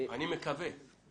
אני מקווה.